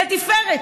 לתפארת.